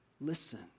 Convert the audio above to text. Listen